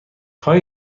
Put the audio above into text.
هایی